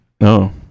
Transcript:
no